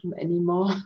anymore